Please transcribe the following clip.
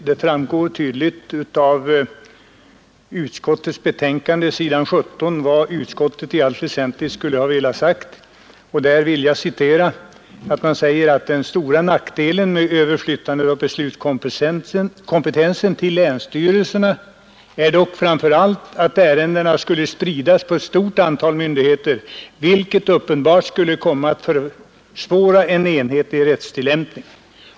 Det framgår i allt väsentligt av skrivningen på s. 17 i utskottets betänkande vad utskottet har velat säga — jag citerar: ”Den stora nackdelen med överflyttandet av beslutskompetensen till länsstyrelsena är dock framför allt att ärendena skulle spridas på ett stort antal myndigheter, vilket uppenbart skulle komma att försvåra en enhetlig rättstillämpning.